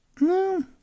No